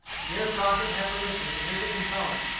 here crockett had permission to visit his home,